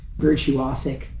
virtuosic